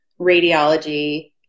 radiology